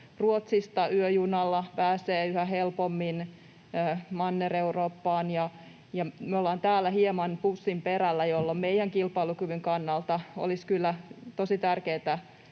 Ruotsista yöjunalla pääsee yhä helpommin Manner-Eurooppaan, ja me ollaan täällä hieman pussin perällä, jolloin meidän kilpailukyvyn kannalta olisi kyllä tosi tärkeätä